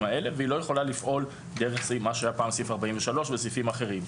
האלה והיא לא יכולה לפעול דרך מה שהיה פעם סעיף 43 וסעיפים אחרים.